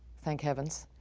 thank heavens.